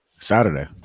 Saturday